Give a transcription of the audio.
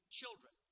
children